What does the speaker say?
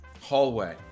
hallway